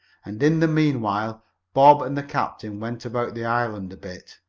and in the meanwhile bob and the captain went about the island a bit,